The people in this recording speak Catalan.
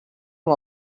com